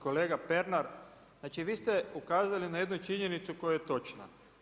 Kolega Pernar, znači vi ste ukazali na je dnu činjenicu koja je točna.